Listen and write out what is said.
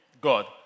God